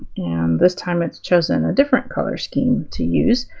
and this time it's chosen a different color scheme to use,